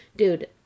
Dude